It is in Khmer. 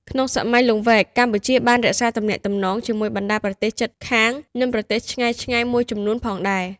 ក្នុងសម័យលង្វែក កម្ពុជាបានរក្សាទំនាក់ទំនងជាមួយបណ្ដាប្រទេសជិតខាង និងប្រទេសឆ្ងាយៗមួយចំនួនផងដែរ។